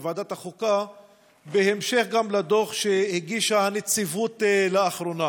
בהמשך לדוח שהגישה הנציבות לאחרונה.